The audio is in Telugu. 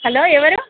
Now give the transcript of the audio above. హలో ఎవరు